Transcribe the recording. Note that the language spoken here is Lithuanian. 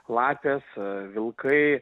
lapės vilkai